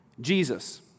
Jesus